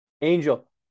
Angel